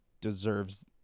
deserves